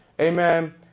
Amen